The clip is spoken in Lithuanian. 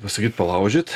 pasakyt palaužyt